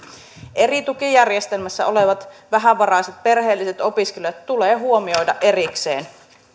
eri tukijärjestelmässä olevat vähävaraiset perheelliset opiskelijat tulee huomioida erikseen